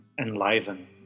enliven